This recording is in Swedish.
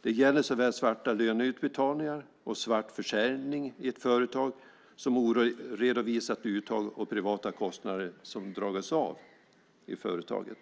Det gäller såväl svarta löneutbetalningar och svart försäljning i ett företag som oredovisat uttag och privata kostnader som dragits av i företaget.